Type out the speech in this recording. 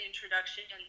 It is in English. Introduction